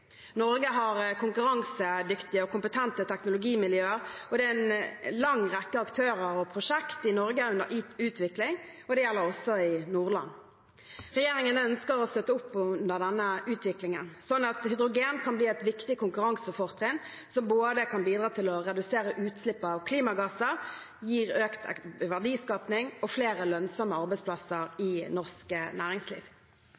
Norge har konkurransedyktige og kompetente teknologimiljøer, og det er en lang rekke aktører og prosjekter i Norge under utvikling. Det gjelder også i Nordland. Regjeringen ønsker å støtte opp under denne utviklingen, slik at hydrogen kan bli et viktig konkurransefortrinn som både kan bidra til å redusere utslipp av klimagasser og gir økt verdiskaping og flere lønnsomme arbeidsplasser